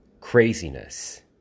Craziness